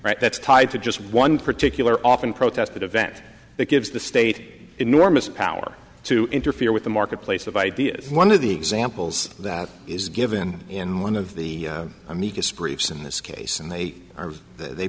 right that's tied to just one particular often protested event that gives the state enormous power to interfere with the marketplace of ideas one of the examples that is given in one of the amicus briefs in this case and they are they